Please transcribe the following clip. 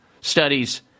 studies